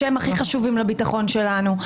שהם הכי חשובים לביטחון שלנו.